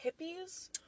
hippies